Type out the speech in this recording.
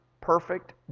perfect